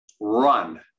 run